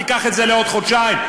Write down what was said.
תיקח את זה לעוד חודשיים,